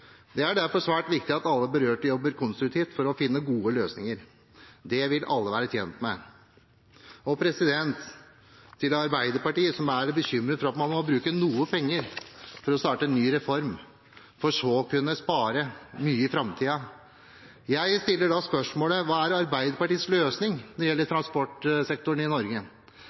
Det er derfor svært viktig at alle berørte jobber konstruktivt for å finne gode løsninger. Det vil alle være tjent med. Til Arbeiderpartiet, som er bekymret for at man må bruke noe penger for å starte en ny reform for så å kunne spare mye i framtiden, stiller jeg spørsmålet: Hva er Arbeiderpartiets løsning for transportsektoren i Norge?